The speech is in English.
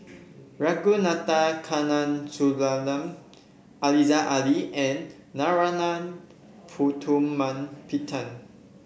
Ragunathar Kanagasuntheram Aziza Ali and Narana Putumaippittan